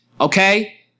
okay